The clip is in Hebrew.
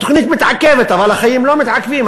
התוכנית מתעכבת, אבל החיים לא מתעכבים.